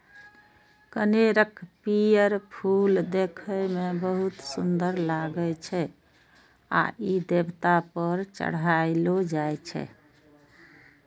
कनेरक पीयर फूल देखै मे बहुत सुंदर लागै छै आ ई देवता पर चढ़ायलो जाइ छै